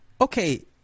Okay